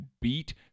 beat